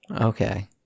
Okay